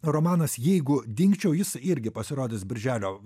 romanas jeigu dingčiau jis irgi pasirodys birželio